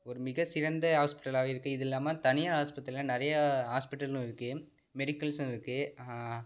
ஒரு மிக சிறந்த ஆஸ்ப்பிட்டலாகவே இருக்குது இது இல்லாமல் தனியார் ஆஸ்பத்திரிலாம் நிறையா ஆஸ்பிட்டலும் இருக்குது மெடிக்கல்ஸும் இருக்குது